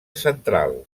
central